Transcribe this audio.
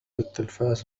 التلفاز